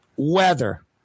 Weather